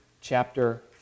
chapter